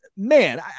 Man